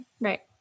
Right